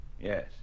Yes